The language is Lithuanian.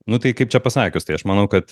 nu tai kaip čia pasakius tai aš manau kad